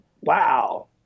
wow